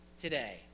today